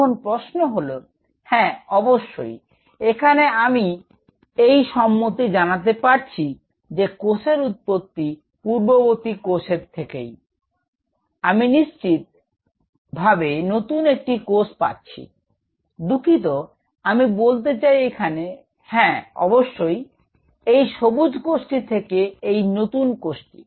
এখন প্রশ্ন হল হ্যাঁ অবশ্যই এখানে আমি এই সম্মতি জানাতে পারছি যে কোষের উৎপত্তি পূর্ববর্তী কোষের থেকেই আমি নিশ্চিত ভাবে নতুন একটি কোষ পাচ্ছি দুঃখিত আমি বলতে চাই এখানে হ্যাঁ এখানে হ্যাঁ অবশ্যই এই সবুজ কোষটি থেকে এই নতুন কোষটি